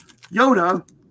Yoda